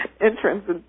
entrance